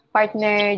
Partner